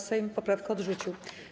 Sejm poprawkę odrzucił.